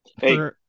Hey